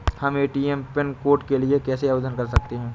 हम ATM pin code के लिए कैसे आवेदन कर सकते हैं?